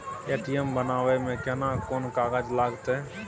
ATM बनाबै मे केना कोन कागजात लागतै?